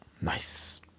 Nice